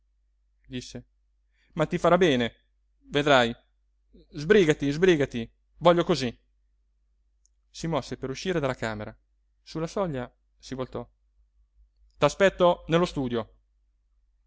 ma ti farà bene vedrai sbrígati sbrígati voglio cosí si mosse per uscire dalla camera sulla soglia si voltò t'aspetto nello studio